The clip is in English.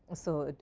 so,